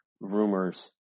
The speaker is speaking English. rumors